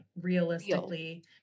realistically